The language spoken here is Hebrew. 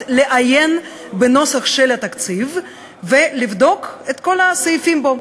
לעיין בנוסח של התקציב ולבדוק את כל הסעיפים בו.